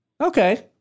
Okay